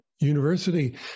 university